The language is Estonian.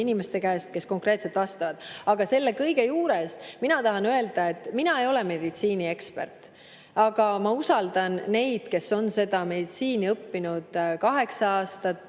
inimeste käest, kes konkreetselt vastavad. Aga selle kõige juures ma tahan öelda, et mina ei ole meditsiiniekspert, aga ma usaldan neid, kes on meditsiini õppinud kaheksa aastat